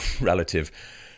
relative